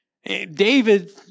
David